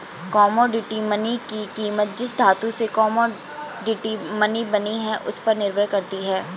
commodity money की कीमत जिस धातु से कोमोडिटी मनी बनी है उस पर निर्भर करती है